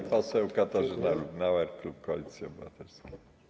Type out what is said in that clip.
Pani poseł Katarzyna Lubnauer, klub Koalicji Obywatelskiej.